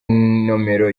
nomero